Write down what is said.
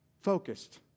focused